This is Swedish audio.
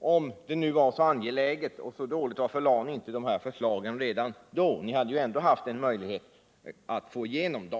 de socialdemokratiska representanterna: Om nu förhållandena var så dåliga och frågorna så angelägna, varför lade ni då inte fram era förslag redan under den tid då ni hade en möjlighet att få igenom dem?